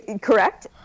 Correct